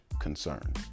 concern